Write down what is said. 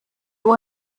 uhr